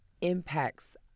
impacts